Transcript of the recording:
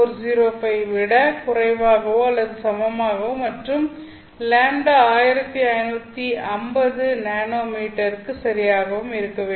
405 ஐ விடக் குறைவாகவோ அல்லது சமமாகவும் மற்றும் λ 1550 என்எம் க்கு சரியாக இருக்க வேண்டும்